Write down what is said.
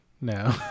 No